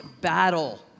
battle